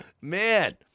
Man